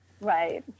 Right